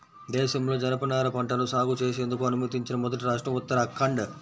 దేశంలో జనపనార పంటను సాగు చేసేందుకు అనుమతించిన మొదటి రాష్ట్రం ఉత్తరాఖండ్